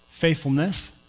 Faithfulness